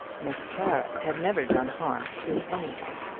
miss clara had never done harm to any one!